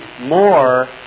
more